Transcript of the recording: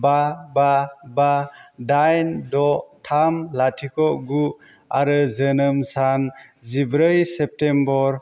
बा बा बा दाइन द' थाम लाथिख' गु आरो जोनोम सान जिब्रै सेप्टेम्बर